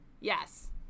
Yes